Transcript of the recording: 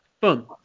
Boom